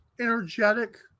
energetic